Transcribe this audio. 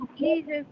Jesus